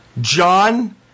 John